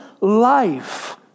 life